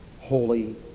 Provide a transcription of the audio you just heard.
holy